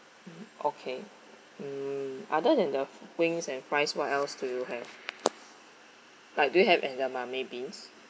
okay mm other than the wings and fries what else do you have like do you have edamame beans